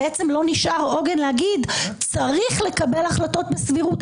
לא נשאר עוגן להגיד שצריך לקבל החלטות בסבירות.